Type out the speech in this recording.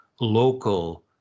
local